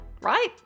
Right